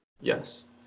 Yes